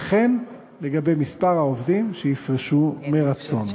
וכן לגבי מספר העובדים שיפרשו מרצון.